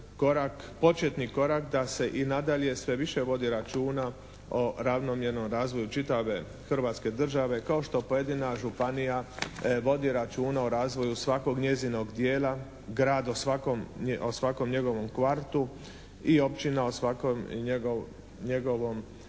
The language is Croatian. početni korak da se i nadalje sve više vodi računa o ravnomjernom razvoju čitave Hrvatske države kao što pojedina županija vodi računa o razvoju svakog njezinog dijela, grad o svakom njegovom kvartu i općina o svakom njegovom mjesnom